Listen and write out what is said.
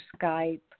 Skype